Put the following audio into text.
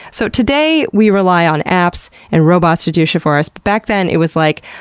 so today we rely on apps and robots to do shit for us, but back then it was like,